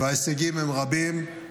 ההישגים הם רבים.